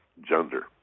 gender